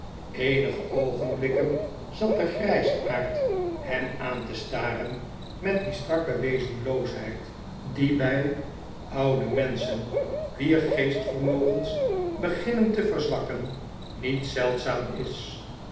eenige oogenblikken zat de grijsaard hem aan te staren met die strakke wezenloosheid die bij oude menschen wier geestvermogens beginnen te verzwakken niet zeldzaam is